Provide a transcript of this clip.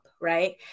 Right